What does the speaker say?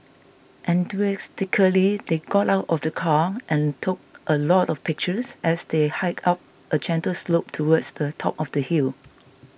enthusiastically they got out of the car and took a lot of pictures as they hiked up a gentle slope towards the top of the hill